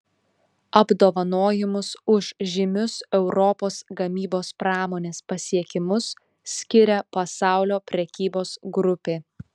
apdovanojimus už žymius europos gamybos pramonės pasiekimus skiria pasaulio prekybos grupė